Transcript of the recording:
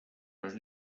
los